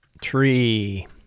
tree